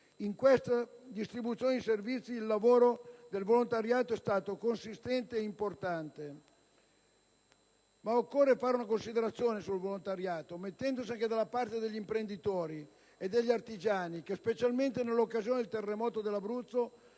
In questa distribuzione di servizi, il lavoro del volontariato è stato consistente e importante. Ma occorre fare una considerazione sul volontariato, mettendosi anche dalla parte degli imprenditori e degli artigiani che, specialmente nell'occasione del terremoto dell'Abruzzo,